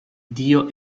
dio